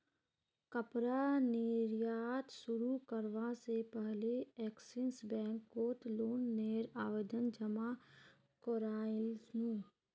कपड़ा निर्यात शुरू करवा से पहले एक्सिस बैंक कोत लोन नेर आवेदन जमा कोरयांईल नू